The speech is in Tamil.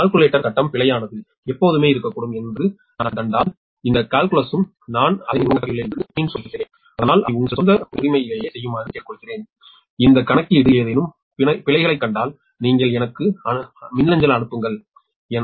கால்குலேட்டர் கட்டம் பிழையானது எப்போதுமே இருக்கக்கூடும் என்று நான் கண்டால் இந்த கால்குலஸும் நானும் அதை உருவாக்கியுள்ளேன் என்று மீண்டும் சொல்கிறேன் ஆனால் அதை உங்கள் சொந்த உரிமையிலேயே செய்யுமாறு கேட்டுக்கொள்கிறேன் இந்த கணக்கீடு ஏதேனும் பிழையைக் கண்டால் நீங்கள் எனக்கு அனுப்புங்கள் அஞ்சல் எல்லாம் சரி அல்லது